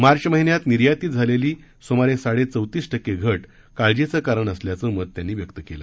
मार्च महिन्यात निर्यातीत झालेली सुमारे साडे चौतीस टक्के घट काळजीचं कारण असल्याचं मत त्यांनी व्यक्त केलं